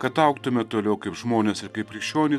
kad augtume toliau kaip žmonės ir kaip krikščionys